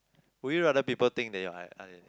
would you rather people think that you are ah lian